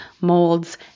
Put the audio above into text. molds